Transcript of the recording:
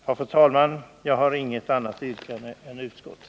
Jag har, fru talman, inget annat yrkande än utskottets.